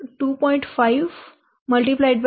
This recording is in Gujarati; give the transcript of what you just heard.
4 x 7